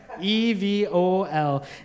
E-V-O-L